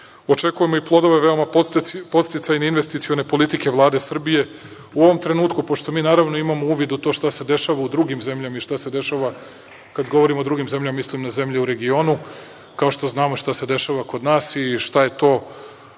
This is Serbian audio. Očekujemo i plodove veoma podsticajne investicione politike Vlade Srbije. U ovom trenutku pošto mi, naravno, imamo uvid u to šta sa dešava u drugim zemljama, šta se dešava, kad govorim o drugim zemljama mislim na zemlje u regionu, kao što znamo šta se dešava kod nas i šta je to